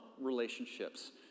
relationships